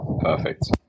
perfect